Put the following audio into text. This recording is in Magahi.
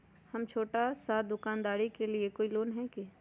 हम छोटा सा दुकानदारी के लिए कोई लोन है कि?